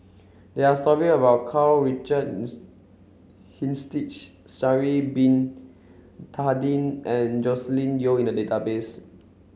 there are story about Karl Richard Hanitsch Sha'ari bin Tadin and Joscelin Yeo in the database